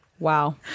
Wow